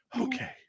Okay